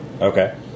Okay